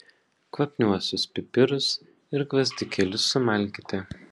kvapniuosius pipirus ir gvazdikėlius sumalkite